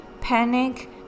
panic